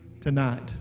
tonight